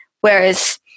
Whereas